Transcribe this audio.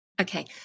Okay